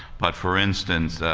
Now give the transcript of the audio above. but, for instance,